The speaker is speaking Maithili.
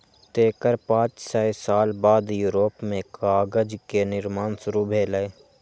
तेकर पांच सय साल बाद यूरोप मे कागज के निर्माण शुरू भेलै